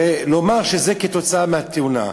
ולומר שזה כתוצאה מהתאונה.